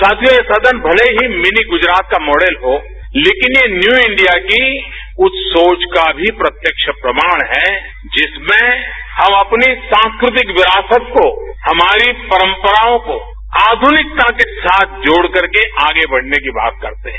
साथियो यह सदन भले ही मिनी गुजरात का मॉडल हो लेकिन यह न्यू इंडिया की उच्च सोच का भी प्रत्यक्ष प्रमाण है जिसमें हम अपनी सांस्कृतिक विरासत को हमारी परम्पराओं को आध्निकता के साथ जोड़ करके आगे बढ़ने की बात करते हैं